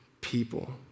people